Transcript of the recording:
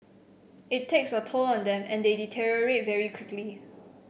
it takes a toll on them and they deteriorate very quickly